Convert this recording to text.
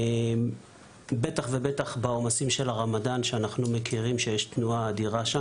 בטח ובטח בעומסים של הרמדאן כשיש תנועה אדירה.